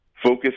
Focus